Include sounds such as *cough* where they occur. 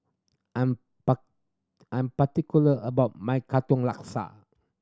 I'm *unintelligible* I'm particular about my Katong Laksa